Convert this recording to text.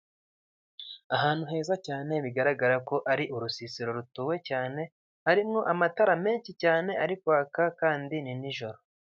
Ahantu heza cyane bigaragara ko ari urusisiro rutuwe cyane, harimwo amatara menshi cyane ari kwaka kandi ni nijoro.